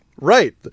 Right